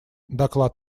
доклад